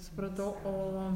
supratau o